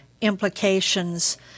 implications